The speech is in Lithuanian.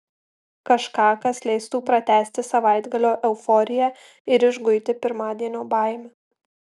kažką kas leistų pratęsti savaitgalio euforiją ir išguiti pirmadienio baimę